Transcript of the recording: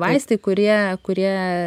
vaistai kurie kurie